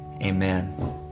amen